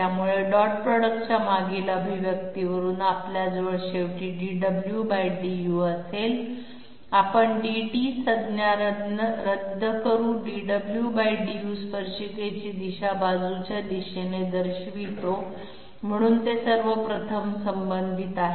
त्यामुळे डॉट प्रॉडक्टच्या मागील अभिव्यक्तीवरून आपल्याजवळ शेवटी dwdu असेल आपण dt संज्ञा रद्द करू dwdu स्पर्शिकेची दिशा बाजूच्या दिशेने दर्शवितो म्हणून ते सर्व प्रथम संबंधित आहे